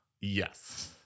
Yes